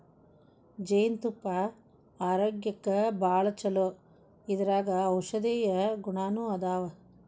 ಜೇನತುಪ್ಪಾ ಆರೋಗ್ಯಕ್ಕ ಭಾಳ ಚುಲೊ ಇದರಾಗ ಔಷದೇಯ ಗುಣಾನು ಅದಾವ